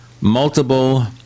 Multiple